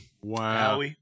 Wow